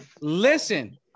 listen